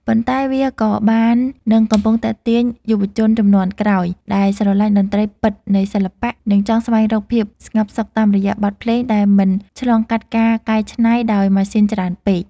ប៉ុន្តែវាក៏បាននិងកំពុងទាក់ទាញយុវជនជំនាន់ក្រោយដែលស្រឡាញ់តម្លៃពិតនៃសិល្បៈ និងចង់ស្វែងរកភាពស្ងប់សុខតាមរយៈបទភ្លេងដែលមិនឆ្លងកាត់ការកែច្នៃដោយម៉ាស៊ីនច្រើនពេក។